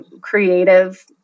creative